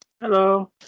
Hello